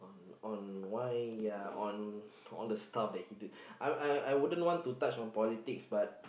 on why uh on all the stuff that he did I I wouldn't want to touch on politics but